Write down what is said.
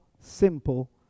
simple